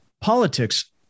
politics